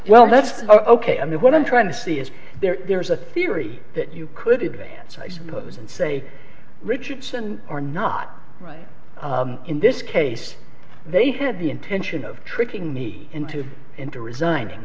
well that's ok i mean what i'm trying to see is there there's a theory that you could advance i suppose and say richardson or not right in this case they had the intention of tricking me into into resigning